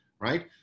right